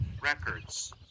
records